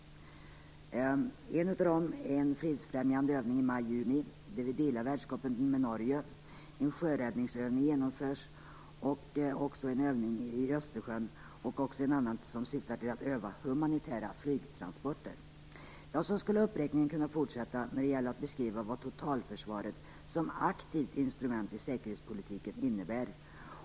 En av dem är en fredsfrämjande övning i maj-juni där vi delar värdskapet med Norge. En sjöräddningsövning genomförs, så även en övning i Östersjön samt en som syftar till att öva humanitära flygtransporter. Så skulle uppräkningen kunna fortsätta när det gäller att beskriva vad totalförsvaret som aktivt instrument i säkerhetspolitiken innebär.